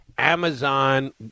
Amazon